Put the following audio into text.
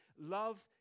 love